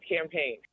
campaign